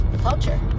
culture